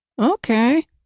Okay